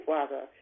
Father